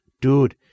Dude